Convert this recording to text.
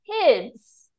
kids